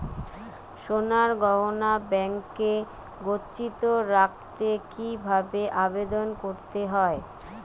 সোনার গহনা ব্যাংকে গচ্ছিত রাখতে কি ভাবে আবেদন করতে হয়?